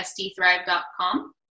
sdthrive.com